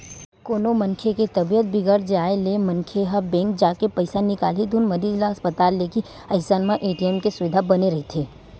कोनो मनखे के तबीयत बिगड़ जाय ले मनखे ह बेंक जाके पइसा निकालही धुन मरीज ल अस्पताल लेगही अइसन म ए.टी.एम के सुबिधा बने रहिथे